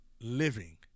living